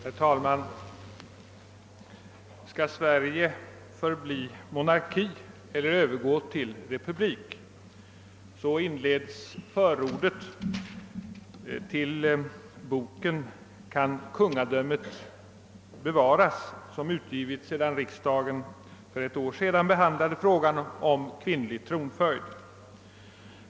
Herr talman! »Skall Sverige förbli monarki eller övergå till republik?» Så inleds förordet till boken »Kan kungadömet bevaras?», som utgivits sedan riksdagen för ett år sedan behandlade frågan om kvinnlig tronföljd.